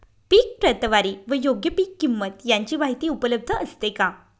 पीक प्रतवारी व योग्य पीक किंमत यांची माहिती उपलब्ध असते का?